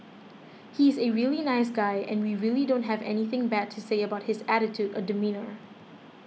he is a really nice guy and we really don't have anything bad to say about his attitude or demeanour